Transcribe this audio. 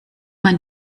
man